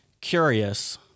curious